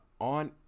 on